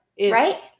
Right